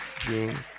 June